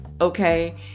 okay